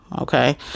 Okay